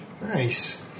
Nice